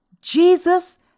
Jesus